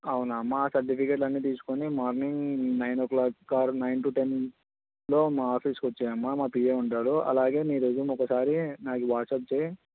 అవునమ్మా ఆ సర్టిఫికేట్లు అన్నీ తీసుకొని మార్నింగ్ నైన్ ఓ క్లాక్కి కాదు నైన్ టూ టెన్లో మా ఆఫీస్కొచ్చేయమ్మ మా పిఏ ఉంటాడు అలాగే నీ రెస్యూమ్ ఒకసారి నాకు వాట్సాప్ చెయ్యి